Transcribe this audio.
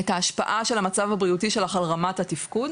ההשפעה של המצב הבריאותי שלך על רמת התפקוד?